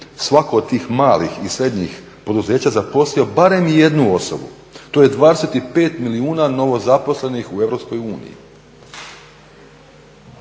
svatko od tih malih i srednjih poduzeća zaposlio barem jednu osobu. To je 25 milijuna novo zaposlenih u EU.